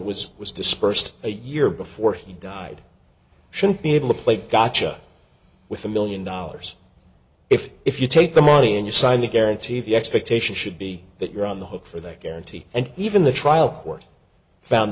was was dispersed a year before he died should be able to play gotcha with a million dollars if if you take the money and you sign the guarantee the expectation should be that you're on the hook for that guarantee and even the trial cou